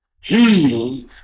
heal